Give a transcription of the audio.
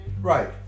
Right